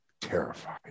terrified